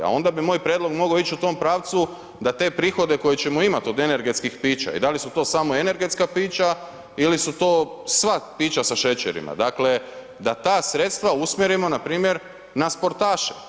A onda bi moj prijedlog mogao ići u tom pravcu da te prihode koje ćemo imati od energetskih pića i da li su to samo energetska pića ili su to sva pića sa šećerima, dakle da ta sredstva usmjerimo npr. na sportaše.